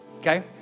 okay